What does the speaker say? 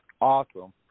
awesome